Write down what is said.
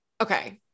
Okay